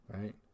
right